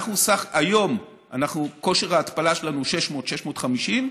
היום כושר ההתפלה שלנו הוא 600, 650,